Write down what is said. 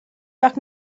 parc